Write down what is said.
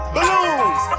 Balloons